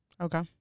Okay